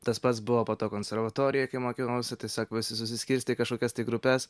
tas pats buvo po to konservatorijoj kaip mokinausi tiesiog visi susiskirstė į kažkokias grupes